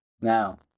Now